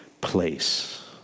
place